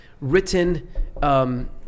written